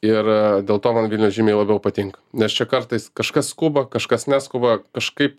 ir dėl to man vilniuj žymiai labiau patinka nes čia kartais kažkas skuba kažkas neskuba kažkaip